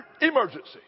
emergency